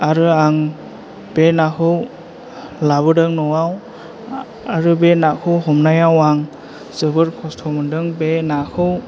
आरो आं बे नाखौ लाबोदों नआव आरो बे नाखौ हमनायाव आं जोबोद खस्थ' मोनदों बे नाखौ